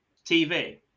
TV